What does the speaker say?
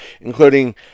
including